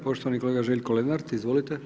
Poštovani kolega Željko Lenart, izvolite.